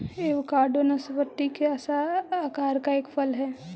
avocado नाशपाती के आकार का एक फल हई